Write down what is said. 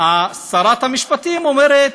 שרת המשפטים אומרת: